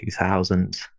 2000